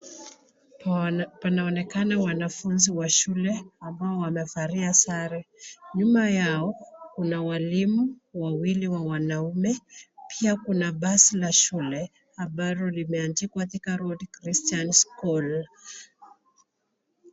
Panaonekana wanafunzi wa shule ambao wamevalia sare. Nyuma yao kuna walimu wawili wa wanaume. Pia kuna basi la shule ambalo limeandikwa Thika Road Christian School .